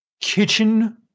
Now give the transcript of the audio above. kitchen